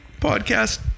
podcast